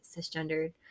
cisgendered